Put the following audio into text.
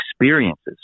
experiences